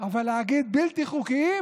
אבל להגיד "בלתי חוקיים"